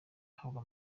ahabwa